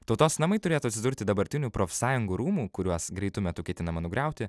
tautos namai turėtų atsidurti dabartinių profsąjungų rūmų kuriuos greitu metu ketinama nugriauti